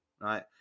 right